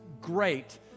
great